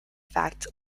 fact